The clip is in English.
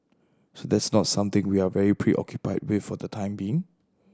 so that's not something we are very preoccupied with for the time being